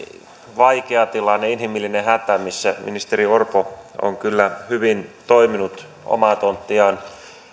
vaikea tilanne inhimillinen hätä missä ministeri orpo on kyllä hyvin toiminut omaa tonttiaan